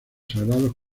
sagrados